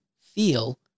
feel